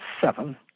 seven